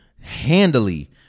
handily